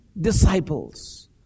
disciples